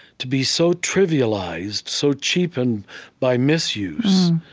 to be so trivialized, so cheapened by misuse.